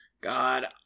god